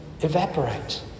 evaporate